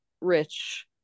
rich